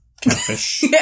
Catfish